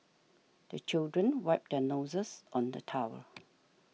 the children wipe their noses on the towel